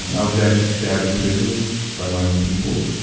i was actually stabbed in prison by my own people.